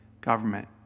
government